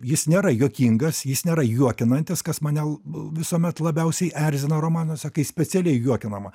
jis nėra juokingas jis nėra juokinantis kas mane visuomet labiausiai erzina romanuose kai specialiai juokinama